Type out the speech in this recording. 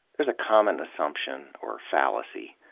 there's a common assumption, or fallacy.